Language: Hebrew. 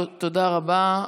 תודה רבה.